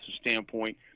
standpoint